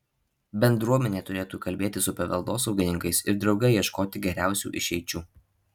bendruomenė turėtų kalbėtis su paveldosaugininkais ir drauge ieškoti geriausių išeičių